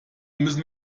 müssen